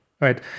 right